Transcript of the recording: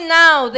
now